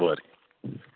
बरें